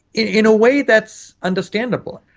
in a way, that's understandable.